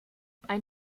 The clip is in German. ein